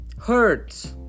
hurt